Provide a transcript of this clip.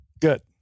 Good